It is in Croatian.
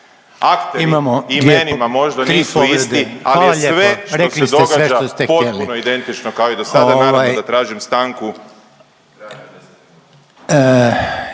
Rekli ste sve./… … ali sve što se događa potpuno identično kao i do sada. Naravno da tražim stanku